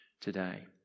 today